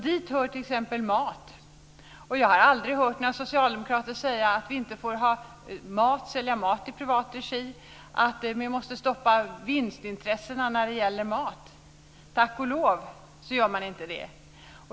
Dit hör t.ex. mat. Jag har aldrig hört några socialdemokrater säga att man inte får sälja mat i privat regi, att vi måste stoppa vinstintressena när det gäller mat. Tack och lov gör de inte det.